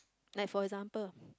like for example